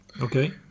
Okay